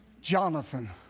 Jonathan